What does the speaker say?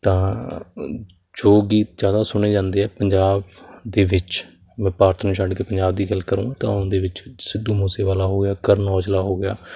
ਤਾਂ ਜੋ ਗੀਤ ਜ਼ਿਆਦਾ ਸੁਣੇ ਜਾਂਦੇ ਆ ਪੰਜਾਬ ਦੇ ਵਿੱਚ ਮਤਲਬ ਭਾਰਤ ਨੂੰ ਛੱਡ ਕੇ ਪੰਜਾਬ ਦੀ ਗੱਲ ਕਰਾਂ ਤਾਂ ਉਹਦੇ ਵਿੱਚ ਸਿੱਧੂ ਮੂਸੇਵਾਲਾ ਹੋ ਗਿਆ ਕਰਨ ਔਜਲਾ ਹੋ ਗਿਆ